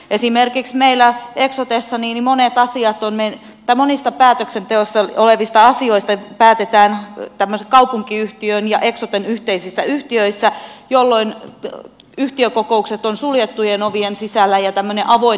esimerkiksi meillä eksotessa niin monet asiat on mennyttä monista päätöksenteossa olevista asioista päätetään kaupunkiyhtiön ja eksoten yhteisissä yhtiöissä jolloin yhtiökokoukset ovat suljettujen ovien sisällä ja tämmöinen avoin demokratia puuttuu